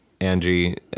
Angie